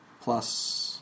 Plus